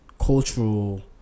Cultural